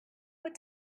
what